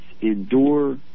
endure